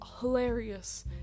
hilarious